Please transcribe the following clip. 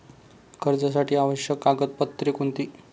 कर्जासाठी आवश्यक कागदपत्रे कोणती?